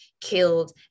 killed